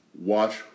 watch